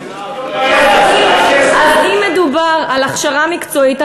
אז אם מדובר בהכשרה מקצועית,